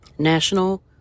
national